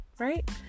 right